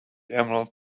emerald